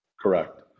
Correct